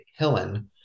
hillen